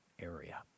area